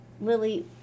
Lily